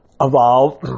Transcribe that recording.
evolve